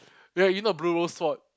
where you know blue rose sword